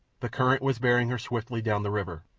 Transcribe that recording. the current was bearing her swiftly down the river,